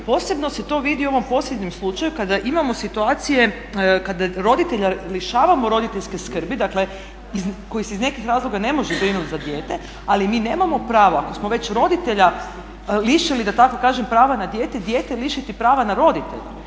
Posebno se to vidi u ovom posljednjem slučaju kada imamo situacije kada roditelja lišavamo roditeljske skrbi, dakle koji se iz nekih razloga ne može brinuti za dijete, ali mi nemamo pravo ako smo već roditelja lišili da tako kažem prava na dijete, dijete lišiti prava na roditelja,